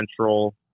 central